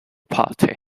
party